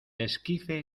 esquife